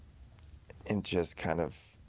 and just kind of